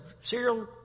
serial